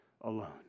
alone